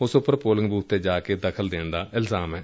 ਉਸ ਉਪਰ polling booth ਤੇ ਜਾ ਕੇ ਦਖ਼ਲ ਦੇਣ ਦਾ ਇਲਜ਼ਾਮ ਏ